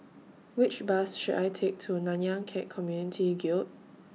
Which Bus should I Take to Nanyang Khek Community Guild